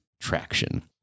traction